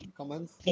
comments